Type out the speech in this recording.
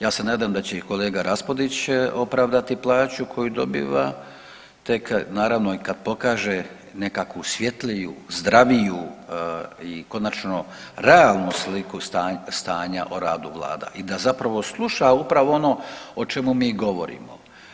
Ja se nadam da će i kolega Raspudić opravdati plaću koju dobiva, te naravno i kad pokaže nekakvu svjetliju, zdraviju i konačno realnu sliku stanja o radu vlada i da zapravo sluša upravo ono o čemu mi govorimo.